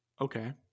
Okay